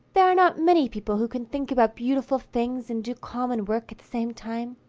there are not many people who can think about beautiful things and do common work at the same time.